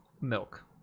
milk